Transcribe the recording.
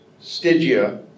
Stygia